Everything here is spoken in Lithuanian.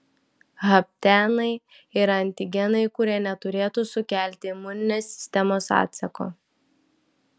haptenai yra antigenai kurie neturėtų sukelti imuninės sistemos atsako